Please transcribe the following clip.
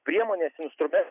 priemonės instrumentai